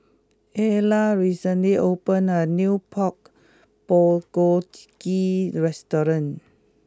Ayla recently opened a new Pork Bulgogi restaurant